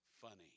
funny